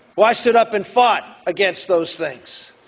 well, i stood up and fought against those things.